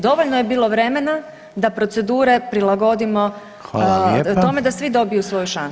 Dovoljno je bilo vremena da procedure prilagodimo tome da svi dobiju svoju šansu.